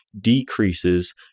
decreases